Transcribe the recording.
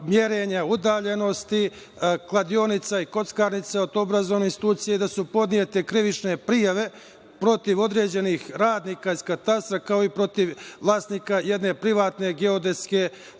merenja udaljenosti kladionica i kockarnica od obrazovne institucije, da su podnete krivične prijave protiv određenih radnika iz Katastra, kao i protiv vlasnika jedne privatne geodetske